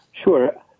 Sure